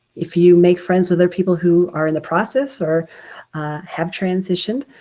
if you make friends with other people who are in the process or have transitioned,